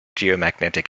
geomagnetic